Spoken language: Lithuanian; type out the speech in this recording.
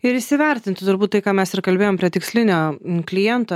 ir įsivertinti turbūt tai ką mes ir kalbėjom prie tikslinio kliento